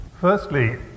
Firstly